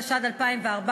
התשע"ד 2014,